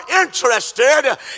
interested